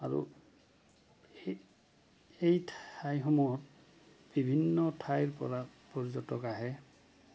আৰু এই এই ঠাইসমূহত বিভিন্ন ঠাইৰ পৰা পৰ্যটক আহে